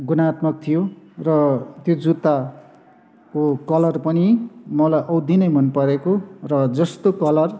गुणात्मक थियो र त्यो जुत्ताको कलर पनि मलाई औधी नै मन परेको र जस्तो कलर